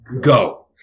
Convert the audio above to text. go